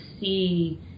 see